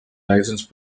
license